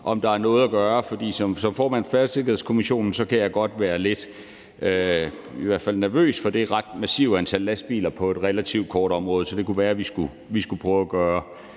om der er noget at gøre. For som formand for Færdselssikkerhedskommissionen kan jeg godt være lidt i hvert fald nervøs for det ret massive antal lastbiler på en relativt kort strækning. Så det kunne være, at vi skulle prøve at gøre